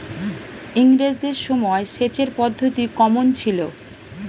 ইঙরেজদের সময় সেচের পদ্ধতি কমন ছিল?